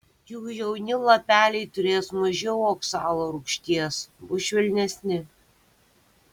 jų jauni lapeliai turės mažiau oksalo rūgšties bus švelnesni